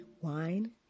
Wine